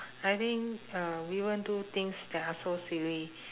I think uh we won't do things that are so silly